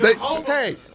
Hey